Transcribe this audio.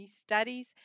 studies